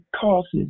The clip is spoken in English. causes